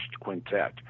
Quintet